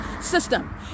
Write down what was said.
system